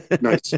nice